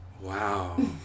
Wow